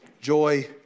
joy